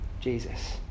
Jesus